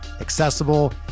accessible